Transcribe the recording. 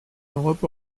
europe